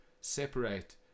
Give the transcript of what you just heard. separate